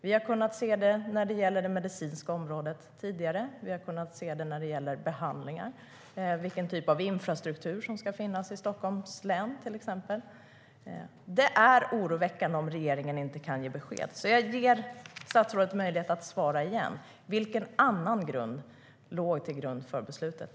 Vi har sett det på det medicinska området, bland annat vad gäller behandlingar, och vilken typ av infrastruktur som ska finnas i Stockholms län. Det är oroväckande att regeringen inte kan ge besked. Jag ger statsrådet ännu en möjlighet att svara på frågan vilken annan grund man hade för beslutet.